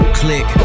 click